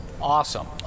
awesome